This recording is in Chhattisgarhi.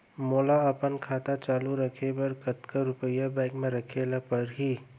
मोला अपन खाता चालू रखे बर कतका रुपिया बैंक म रखे ला परही?